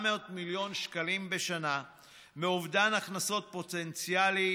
מיליון שקלים בשנה מאובדן הכנסות פוטנציאלי,